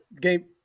Game